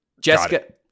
Jessica